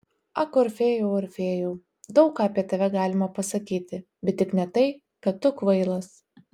ak orfėjau orfėjau daug ką apie tave galima pasakyti bet tik ne tai kad tu kvailas